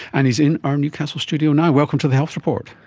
and he's in our newcastle studio now. welcome to the health report.